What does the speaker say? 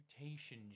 mutation